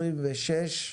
26?